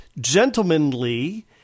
gentlemanly